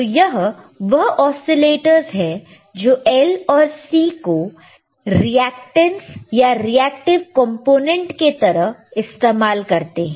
तो यह वह ओसीलेटरस है जो L और C को रिएक्टेंस या रिएक्टिव कंपोनेंट के तरह इस्तेमाल करते हैं